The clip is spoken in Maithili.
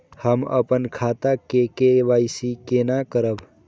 हम अपन खाता के के.वाई.सी केना करब?